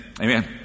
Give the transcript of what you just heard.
Amen